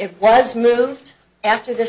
it was moved after this